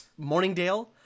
Morningdale